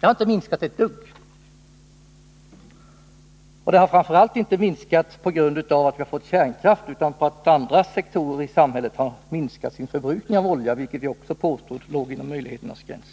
Det har inte minskat ett dugg av den anledningen utan därför att andra sektorer i samhället har minskat sin förbrukning av olja, vilket vi också påstod låg inom möjligheternas gräns.